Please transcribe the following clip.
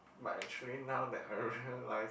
but actually now that I realized